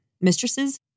mistresses